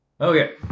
Okay